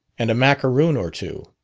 and a macaroon or two